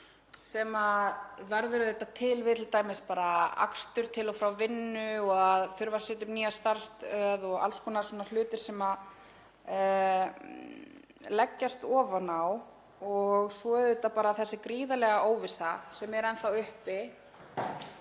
sem fellur til við t.d. bara akstur til og frá vinnu og að þurfa að setja upp nýja starfsstöð og alls konar svona hluti sem leggjast ofan á, og svo auðvitað bara þessi gríðarlega óvissa sem er enn þá uppi